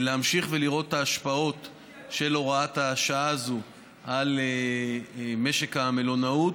להמשיך ולראות את ההשפעות של הוראת השעה הזאת על משק המלונאות.